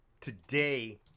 today